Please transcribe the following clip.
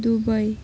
Dubai